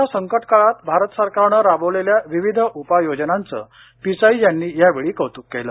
corona संकटकाळात भारत सरकारनं राबवलेल्या विविध उपाययोजनांचं पिचाई यांनी यावेळी कौतुक केलं